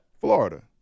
Florida